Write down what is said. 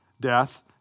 death